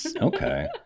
okay